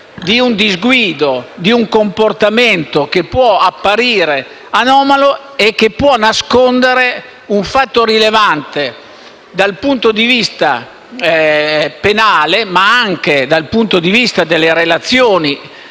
di un disguido e di un comportamento che può apparire anomalo e può nascondere un fatto rilevante dal punto di vista penale, ma anche delle relazioni